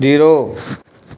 zero